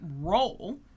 role